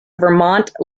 vermont